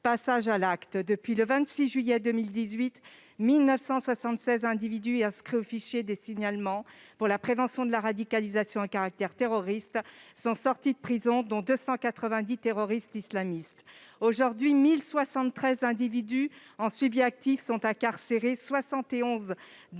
passage à l'acte. Depuis le 26 juillet 2018, 1 976 individus inscrits au fichier de traitement des signalements pour la prévention de la radicalisation à caractère terroriste sont sortis de prison, dont 290 terroristes islamistes. Aujourd'hui, 1 073 individus en suivi actif sont incarcérés ; 71 d'entre eux